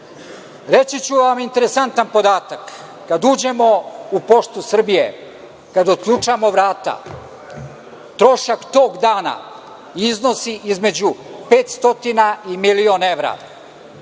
Reći ću vam interesantan podatak. Kada uđemo u Poštu Srbije, kada otključamo vrata, trošak tog dana iznosi između 500 i milion evra.